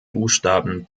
buchstaben